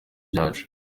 byacu